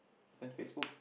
then Facebook